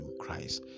Christ